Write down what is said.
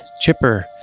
chipper